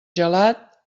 gelat